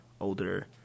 older